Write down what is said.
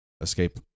escape